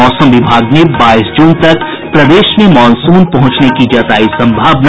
मौसम विभाग ने बाईस जून तक प्रदेश में मॉनसून पहुंचने की जतायी संभावना